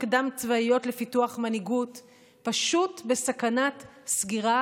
קדם-צבאיות לפיתוח מנהיגות פשוט בסכנת סגירה,